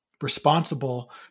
responsible